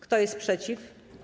Kto jest przeciw?